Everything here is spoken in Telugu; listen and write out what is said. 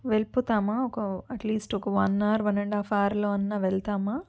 వెళ్ళిపోతామా ఒక అట్లీస్ట్ ఒక one or one and half అవర్లో అన్న వెళ్తామా